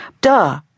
Duh